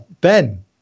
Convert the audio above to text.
Ben